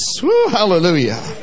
Hallelujah